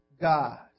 God